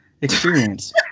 experience